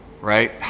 right